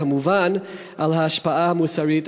וכמובן על ההשפעה המוסרית,